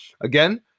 Again